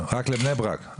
רק לבני ברק?